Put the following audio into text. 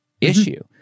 issue